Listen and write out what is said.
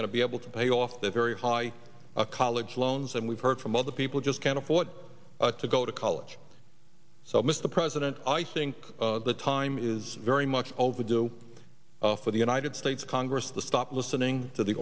going to be able to pay off their very high a college loans and we've heard from other people just can't afford to go to college so mr president i think the time is very much overdue for the united states congress to stop listening to the